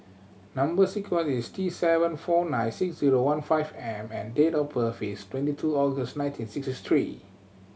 number sequence is T seven four nine six zero one five M and date of birth is twenty two August nineteen sixty three